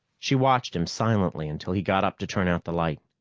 she watched him silently until he got up to turn out the light.